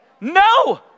No